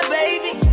baby